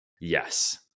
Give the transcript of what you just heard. Yes